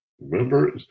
Remember